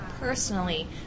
personally